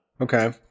okay